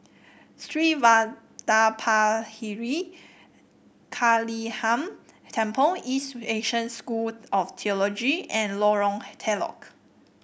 Sri Vadapathira Kaliamman Temple East Asia School of Theology and Lorong Telok